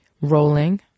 rolling